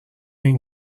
این